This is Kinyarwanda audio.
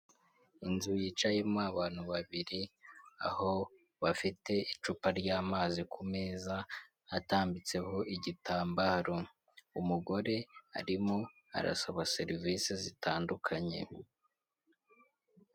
Inzu yicayemo abantu babiri, aho bafite icupa ry'amazi ku meza atambitseho igitambaro, umugore arimo arasaba serivisi zitandukanye.